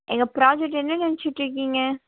எங்கள் ப்ராஜெக்ட் என்ன நினச்சிட்ருக்கீங்க